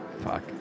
fuck